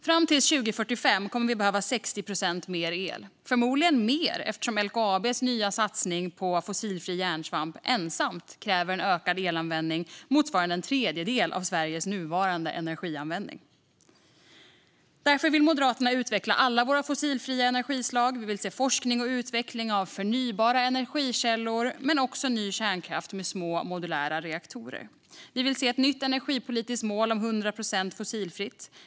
Fram till 2045 kommer vi att behöva 60 procent mer el, förmodligen mer, eftersom LKAB:s nya satsning på fossilfri järnsvamp ensam kräver en ökad elanvändning motsvarande en tredjedel av Sveriges nuvarande energianvändning. Därför vill Moderaterna utveckla alla våra fossilfria energislag. Vi vill se forskning om och utveckling av förnybara energikällor men också ny kärnkraft med små, modulära reaktorer. Vi vill se ett nytt energipolitiskt mål om 100 procent fossilfritt.